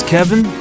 Kevin